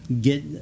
get